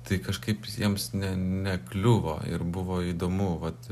tai kažkaip jiems ne nekliuvo ir buvo įdomu vat